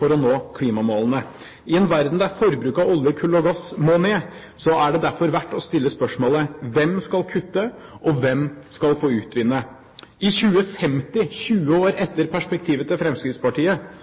for å nå klimamålene. I en verden der forbruket av olje, kull og gass må ned, er det derfor verdt å stille spørsmålet: Hvem skal kutte, og hvem skal få utvinne? I 2050, 20 år etter perspektivet til Fremskrittspartiet,